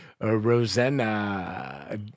Rosanna